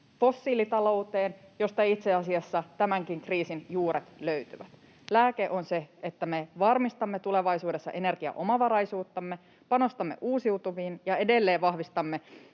fossiilitalouteen, josta itse asiassa tämänkin kriisin juuret löytyvät. Lääke on se, että me varmistamme tulevaisuudessa energiaomavaraisuuttamme, panostamme uusiutuviin ja edelleen vahvistamme